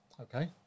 Okay